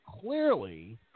clearly